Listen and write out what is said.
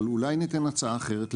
אבל אולי ניתן הצעה אחרת,